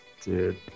Dude